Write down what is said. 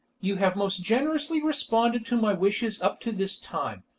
you have most generously responded to my wishes up to this time,